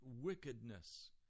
wickedness